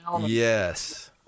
Yes